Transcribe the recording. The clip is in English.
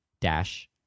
dash